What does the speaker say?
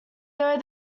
though